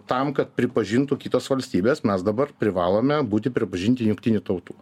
tam kad pripažintų kitos valstybės mes dabar privalome būti pripažinti jungtinių tautų